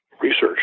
research